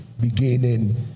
beginning